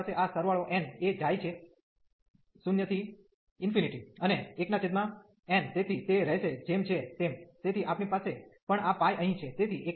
તેથી આપણી પાસે આ સરવાળો n એ જાય છે 0 થી અને 1n તેથી તે રહેશે જેમ છે તેમ તેથી આપણી પાસે પણ આ π અહીં છે